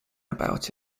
about